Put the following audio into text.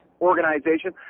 Organization